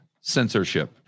censorship